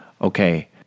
Okay